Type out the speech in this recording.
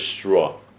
straw